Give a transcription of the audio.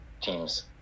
teams